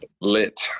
lit